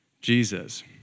Jesus